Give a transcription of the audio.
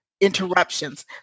interruptions